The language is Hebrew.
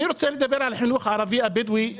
אני רוצה לדבר על החינוך הערבי הבדואי בנגב.